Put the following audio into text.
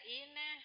ine